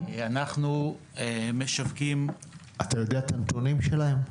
אנחנו משווקים --- אתה יודע את הנתונים שלהם?